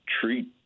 treat